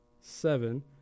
seven